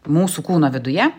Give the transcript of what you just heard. mūsų kūno viduje